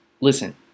listen